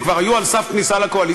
הם כבר היו על סף כניסה לקואליציה,